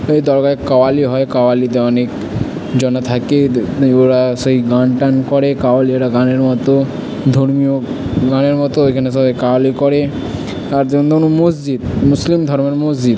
ওই দরগায় কাওয়ালি হয় কাওয়ালি ওরা সেই গান টান করে কাওয়ালিরা গানের মতো ধর্মীয় গানের মতো ওইখানে সবাই কাওয়ালি করে আর মসজিদ মুসলিম ধর্মের মসজিদ